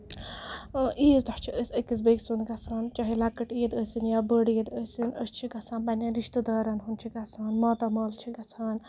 عیٖز دۄہ چھِ أسۍ أکِس بیٚہِ کِس سُند گژھان چاہے لۄکٔٹ عیٖد آسِںۍ یا بٔڑ عیٖد ٲسِنۍ أسۍ چھِ گژھان پَنٕنین رِشتِدارن ہُند چھِ گژھان ماتامال چھِ گژھان